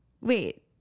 Wait